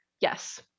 yes